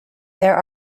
there